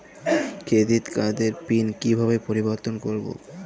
Credit কার্ডের pin কিভাবে পরিবর্তন করবো?